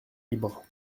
libres